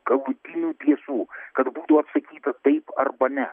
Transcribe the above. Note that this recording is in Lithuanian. galutinių tiesų kad būtų atsakyta taip arba ne